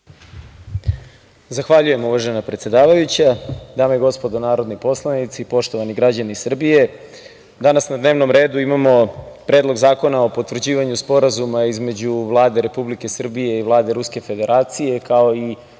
Zahvaljujem, uvažena predsedavajuća. Dame i gospodo narodni poslanici, poštovani građani Srbije, danas na dnevnom redu imamo Predlog zakona o potvrđivanju Sporazuma između Vlade Republike Srbije i Vlade Ruske Federacije, kao i